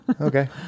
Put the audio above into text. Okay